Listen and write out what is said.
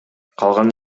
калган